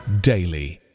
daily